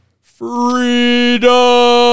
Freedom